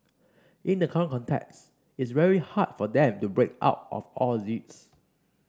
in the current context it's very hard for them to break out of all this